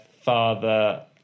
father